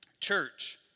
church